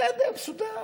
בסדר, מסודר.